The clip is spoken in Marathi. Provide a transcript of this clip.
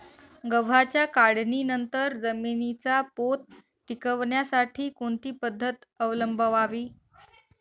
गव्हाच्या काढणीनंतर जमिनीचा पोत टिकवण्यासाठी कोणती पद्धत अवलंबवावी?